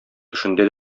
төшендә